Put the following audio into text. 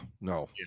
no